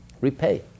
repay